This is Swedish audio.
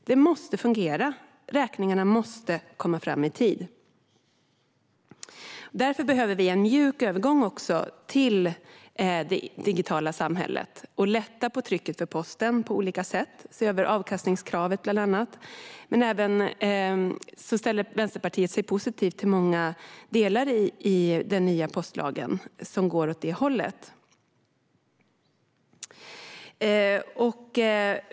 Det måste fungera. Räkningarna måste komma fram i tid. Därför behöver vi en mjuk övergång till det digitala samhället. Vi måste lätta på trycket för posten på olika sätt, bland annat se över avkastningskravet. Vänsterpartiet ställer sig positivt till många delar i den nya postlagen som går åt det hållet.